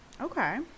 Okay